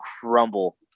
crumble